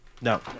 No